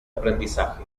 aprendizaje